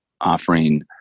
offering